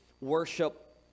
worship